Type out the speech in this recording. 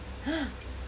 !huh!